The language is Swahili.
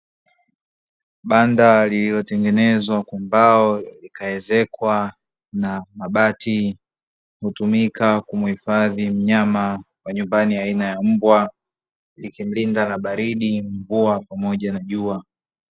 Banda lililotengenezwa kwa mbao, likaezekwa na mabati. Hutumika kumuhifadhi mnyama wa nyumbani aina ya mbwa, likimlinda na baridi, mvua pamoja na jua.